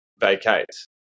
vacates